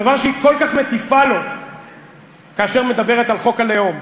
הדבר שהיא כל כך מטיפה לו כאשר היא מדברת על חוק הלאום.